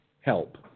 help